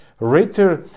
Ritter